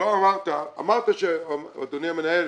אמרת אדוני המנהל